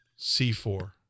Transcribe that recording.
C4